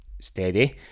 steady